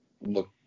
look